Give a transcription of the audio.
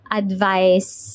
advice